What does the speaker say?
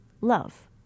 love